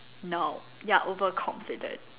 no you are overconfident